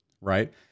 right